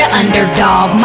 underdog